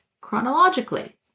chronologically